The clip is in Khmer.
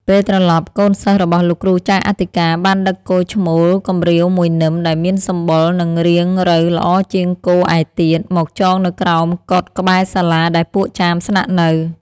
ពេលព្រលប់ កូនសិស្សរបស់លោកគ្រូចៅអធិការបានដឹកគោឈ្មោលកម្រៀវមួយនឹមដែលមានសម្បុរនិងរាងរៅល្អជាងគោឯទៀត មកចងនៅក្រោមកុដិក្បែរសាលាដែលពួកចាមស្នាក់នៅ។